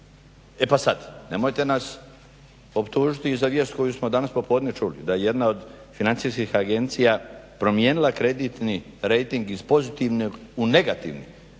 E pa sad, nemojte nas optužiti i za vijest koju smo danas popodne čuli da jedna od financijskih agencija promijenila kreditni rejting iz pozitivnog u negativni